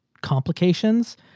complications